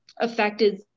affected